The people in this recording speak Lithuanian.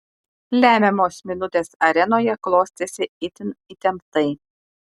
lemiamos minutės arenoje klostėsi itin įtemptai